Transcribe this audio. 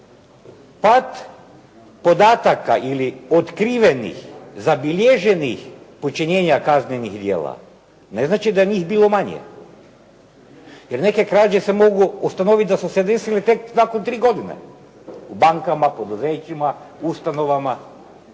pad podataka ili otkrivenih zabilježenih počinjenja kaznenih djela, ne znači da je njih bilo manje, jer neke krađe se mogu ustanoviti da su se desile tek nakon 3 godine u bankama, poduzećima, ustanovama